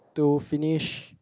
to finish